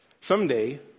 Someday